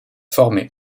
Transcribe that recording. formé